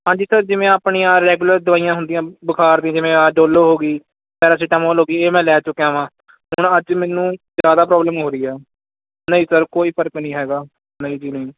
ਹਾਂਜੀ ਸਰ ਜਿਵੇਂ ਆਪਣੀਆਂ ਰੈਗੂਲਰ ਦਵਾਈਆਂ ਹੁੰਦੀਆਂ ਬੁਖ਼ਾਰ ਦੀ ਜਿਵੇਂ ਆ ਡੋਲੋ ਹੋ ਗਈ ਪੈਰਾਸੀਟਾਮੋਲ ਹੋ ਗਈ ਇਹ ਮੈਂ ਲੈ ਚੁੱਕਿਆ ਵਾਂ ਹੁਣ ਅੱਜ ਮੈਨੂੰ ਜਿਆਦਾ ਪ੍ਰੋਬਲਮ ਹੋ ਰਹੀ ਹੈ ਨਹੀਂ ਸਰ ਕੋਈ ਫਰਕ ਨਹੀਂ ਹੈਗਾ ਨਹੀਂ ਜੀ ਨਹੀਂ